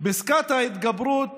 פסקת ההתגברות